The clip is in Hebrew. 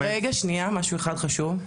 משהו אחד חשוב.